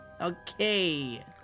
Okay